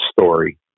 story